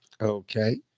Okay